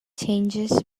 changes